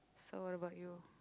so what about you